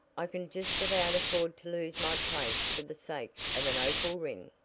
i can just about afford to lose my place for the sake of an opal ring.